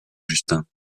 justin